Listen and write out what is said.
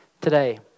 today